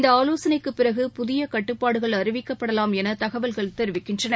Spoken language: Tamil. இந்தஆலோசனைக்குப் பிறகு புதியகட்டுப்பாடுகள் அறிவிக்கப்படலாம் எனதகவல்கள் தெரிவிக்கின்றன